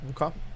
okay